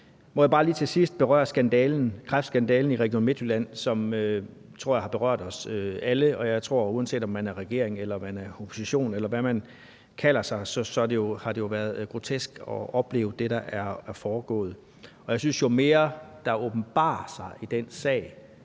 Må jeg bare lige til sidst berøre kræftskandalen i Region Midtjylland, som jeg tror har berørt os alle, og jeg tror, at uanset om man er i regering eller opposition, eller hvad man kalder sig, har det jo været grotesk at opleve det, der er foregået. Jeg synes, at jo mere, der åbenbarer sig i den sag,